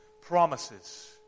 promises